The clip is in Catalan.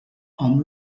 hom